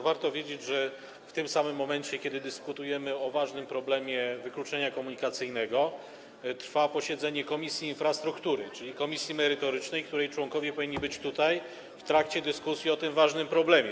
Warto wiedzieć, że w tym samym momencie, kiedy dyskutujemy o ważnym problemie wykluczenia komunikacyjnego, trwa posiedzenie Komisji Infrastruktury, czyli komisji merytorycznej, której członkowie powinni być tutaj w trakcie dyskusji o tym ważnym problemie.